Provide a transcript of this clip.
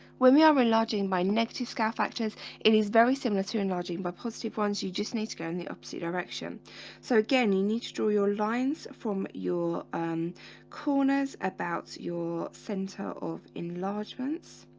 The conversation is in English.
when we are realizing my negative scale factors it is very similar to enlarging but positive ones you just need to go in the opposite direction so again you need to draw your lines from your corners about your center of enlargements